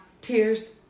tears